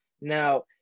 Now